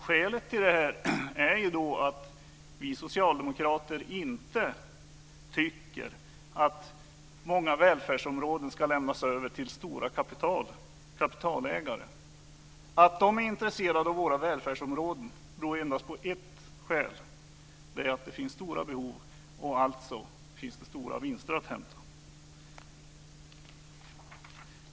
Skälet till det här är att vi socialdemokrater tycker att många välfärdsområden inte ska lämnas över till stora kapitalägare. Det finns endast ett skäl till att de är intresserade av våra välfärdsområden, och det är att det finns stora behov och att det alltså finns stora vinster att hämta.